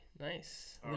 Nice